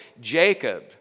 Jacob